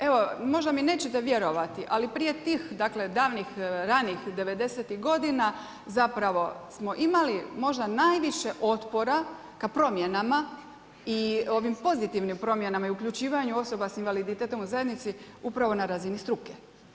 Evo, možda mi nećete vjerovati ali prije tih dakle, davnih ranih '90-ih godina zapravo smo imali možda najviše otpora ka promjenama i ovim pozitivnim promjenama i uključivanju osoba s invaliditetom u zajednici upravo na razini struke.